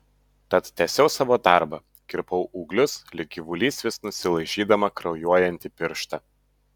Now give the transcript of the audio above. tad tęsiau savo darbą kirpau ūglius lyg gyvulys vis nusilaižydama kraujuojantį pirštą